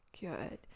good